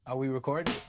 ah we recording?